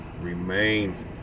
remains